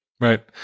Right